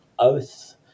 oath